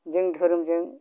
जों धोरोमजों